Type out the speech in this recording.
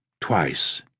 twice